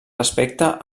respecte